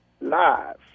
live